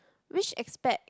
which aspect